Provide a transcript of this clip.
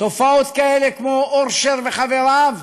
תופעות כאלה, כמו אורשר וחבריו,